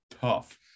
tough